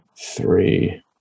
three